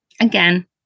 again